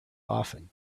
often